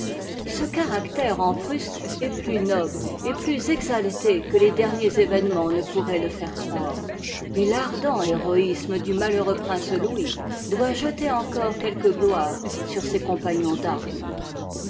ce caractère en prusse est plus noble et plus exa té que les derniers événements ne pourraient le faire supposer et l'ardent héroïsme du malheureux prince louis doit jeter encore quelque gloire sur ses compagnons d'armes